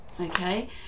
okay